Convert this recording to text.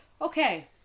okay